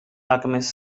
alchemist